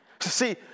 see